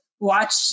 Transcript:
watch